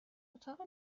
اتاق